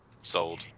Sold